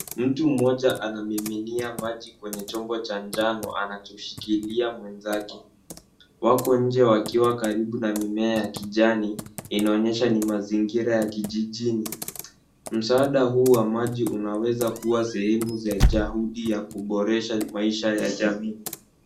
Mtu mmoja anamiminia maji kwenye chombo cha njano anachoshikilia mwenzake. Wako nje wakiwa karibu na mimea ya kijani, inaonyesha ni mazingira ya kijijini. Msaada huu wa maji unaweza kuwa sehemu za jahudi ya kuboresha maisha ya jamii.